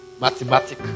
Mathematic